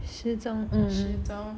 始终